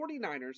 49ers